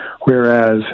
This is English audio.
Whereas